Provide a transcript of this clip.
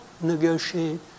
negotiate